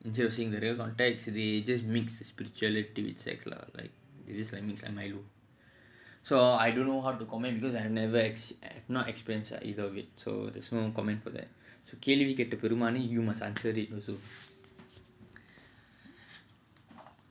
instead of seeing the real context they just mix spiritually with sex lah they just mix like milo so I don't know how to comment because I have never experienced either of it so there's no comment கேள்விகேட்டஅப்புறமா:kelvi keta apurama you must answer it